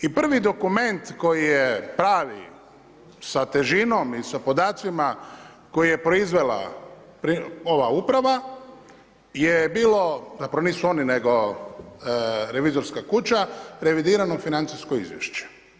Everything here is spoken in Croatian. I prvi dokument koji je pravi sa težinom i sa podacima koji proizvela ova uprava je bilo, zapravo nisu oni nego revizorska kuća, revidirano financijsko izvješće.